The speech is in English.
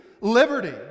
liberty